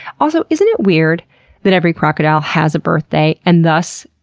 also, isn't it weird that every crocodile has a birthday and thus,